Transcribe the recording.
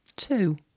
Two